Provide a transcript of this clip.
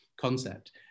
concept